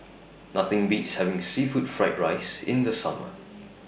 Nothing Beats having Seafood Fried Rice in The Summer